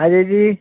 ആരാ ഇത്